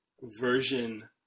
version